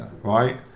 right